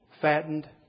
fattened